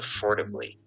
affordably